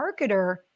marketer